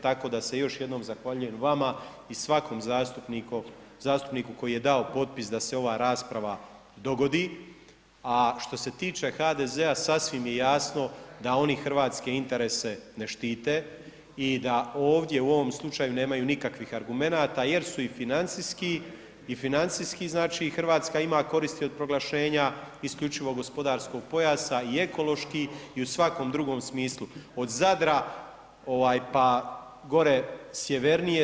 Tako da se još jednom zahvaljujem vama i svakom zastupniku koji je dao potpis da se ova rasprava dogodi A što se tiče HDZ-a sasvim je jasno da oni hrvatske interese ne štite i da ovdje u ovom slučaju nemaju nikakvih argumenata jer su i financijski, i financijski znači Hrvatska ima koristi od proglašenja isključivog gospodarskog pojasa i ekološki i u svakom drugom smislu od Zadra, pa gore sjevernije.